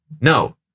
no